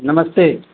नमस्ते